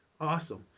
Awesome